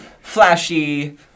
flashy